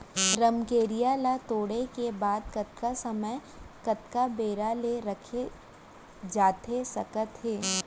रमकेरिया ला तोड़े के बाद कतका समय कतका बेरा ले रखे जाथे सकत हे?